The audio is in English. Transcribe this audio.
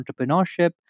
entrepreneurship